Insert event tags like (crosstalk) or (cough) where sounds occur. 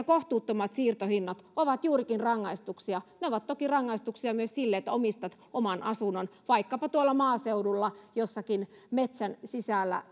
(unintelligible) kohtuuttomat siirtohinnat ovat juurikin rangaistuksia ne ovat toki rangaistuksia myös sille että omistat oman asunnon vaikkapa tuolla maaseudulla jossakin metsän sisällä (unintelligible)